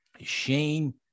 Shane